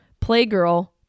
Playgirl